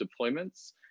deployments